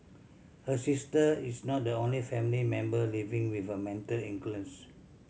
her sister is not the only family member living with a mental